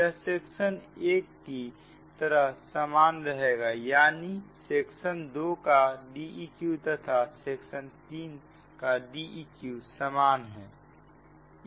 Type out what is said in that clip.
यह सेक्शन 1 की तरह सामान रहेगा यानी सेक्शन 2 का D eq तथा सेक्शन 3 का D eq समान है